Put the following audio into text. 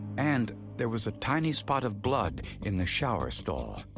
and there was a tiny spot of blood in the shower stall.